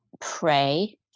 pray